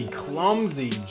clumsy